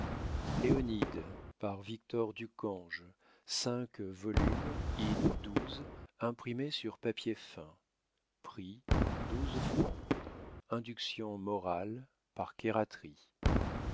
léonide par victor ducange cinq volumes imprimés sur papier fin pris francs inductions morales par